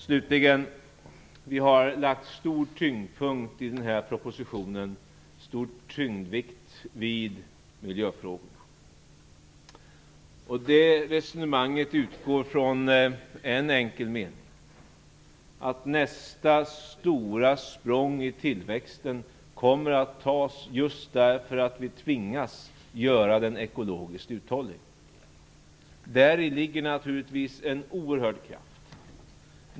Slutligen vill jag säga att vi i den här propositionen har lagt en stor vikt vid miljöfrågorna. Resonemanget utgår från en enkel mening: Nästa stora språng i tillväxten kommer att genomföras just därför att vi tvingas att göra den ekologiskt uthållig. Däri ligger naturligtvis en oerhörd kraft.